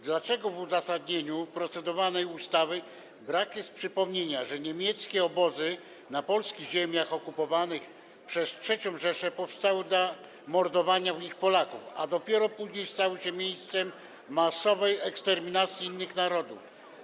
Dlaczego w uzasadnieniu procedowanej ustawy brak jest przypomnienia, że niemieckie obozy na polskich ziemiach okupowanych przez III Rzeszę powstały w celu mordowania w nich Polaków, a dopiero później stały się miejscem masowej eksterminacji innych narodów?